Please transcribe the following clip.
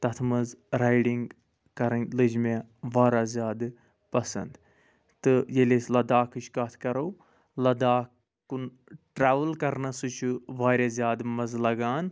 تتھ مَنٛز رایڈِنٛگ کرٕنۍ لٔج مےٚ واراہ زیادٕ پَسَنٛد تہٕ ییٚلہِ أسۍ لَداخٕچۍ کتھ کرو لَداخ کُن ٹرٛاوٕل کَرنَسٕے چھُ واریاہ زیادٕ مَزٕ لگان